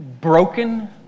broken